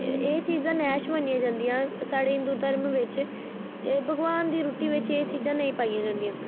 एह् चीजां नैह्श मन्नियां जंदियां साढ़े हिंदू धर्म बिच ते भगवान दी रूट्टी बिच एह् चीजां नेई पाइयां जंदियां